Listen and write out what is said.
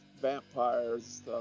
vampires